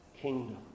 kingdom